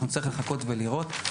אנחנו נצטרך לחכות ולראות.